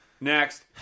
Next